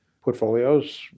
portfolios